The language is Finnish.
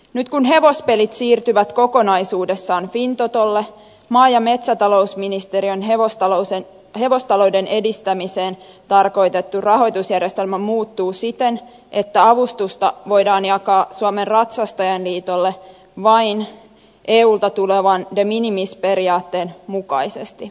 nyt kun hevospelit siirtyvät kokonaisuudessaan fintotolle maa ja metsätalousministeriön hevostalouden edistämiseen tarkoitettu rahoitusjärjestelmä muuttuu siten että avustusta voidaan jakaa suomen ratsastajainliitolle vain eulta tulevan de minimis periaatteen mukaisesti